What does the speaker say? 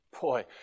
Boy